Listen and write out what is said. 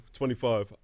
25